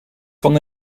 van